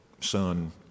son